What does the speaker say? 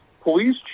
Police